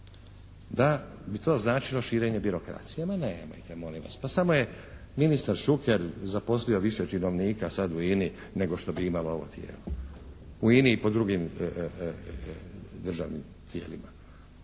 da bi to značilo širenje birokracije. Ma nemojte, molim vas. Pa samo je ministar Šuker zaposlio više činovnika sada u INA-i nego što bi imalo ovo tijelo, u INA-i i po drugim državnim tijelima.